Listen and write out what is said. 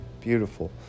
beautiful